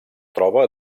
troba